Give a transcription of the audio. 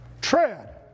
tread